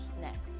next